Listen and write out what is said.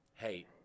hey